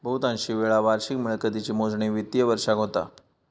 बहुतांशी वेळा वार्षिक मिळकतीची मोजणी वित्तिय वर्षाक होता